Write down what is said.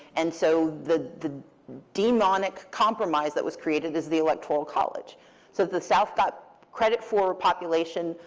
and so the the demonic compromise that was created is the electoral college. so the south got credit for population,